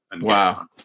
Wow